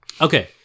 Okay